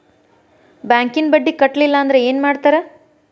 ಬ್ಯಾಂಕಿನ ಬಡ್ಡಿ ಕಟ್ಟಲಿಲ್ಲ ಅಂದ್ರೆ ಏನ್ ಮಾಡ್ತಾರ?